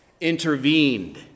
intervened